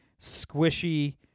squishy